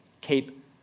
keep